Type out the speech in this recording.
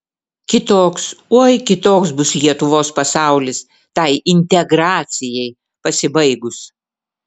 kitoks oi kitoks bus lietuvos pasaulis tai integracijai pasibaigus